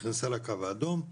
נכנסה לקו האדום,